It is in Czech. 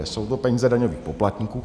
Jsou to peníze daňových poplatníků.